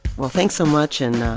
well, thanks so much. and